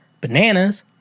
bananas